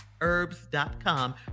herbs.com